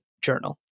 journal